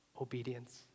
obedience